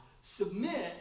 submit